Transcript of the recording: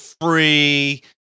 free